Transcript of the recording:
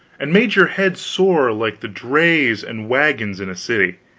and made your head sore like the drays and wagons in a city.